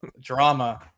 Drama